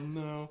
no